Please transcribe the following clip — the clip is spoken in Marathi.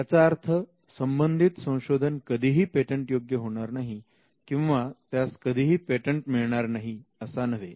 याचा अर्थ संबंधित संशोधन कधीही पेटंट योग्य होणार नाही किंवा त्यास कधीही पेटंट मिळणार नाही असा नव्हे